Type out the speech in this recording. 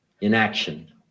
inaction